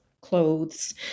clothes